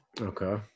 Okay